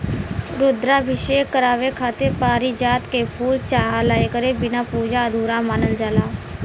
रुद्राभिषेक करावे खातिर पारिजात के फूल चाहला एकरे बिना पूजा अधूरा मानल जाला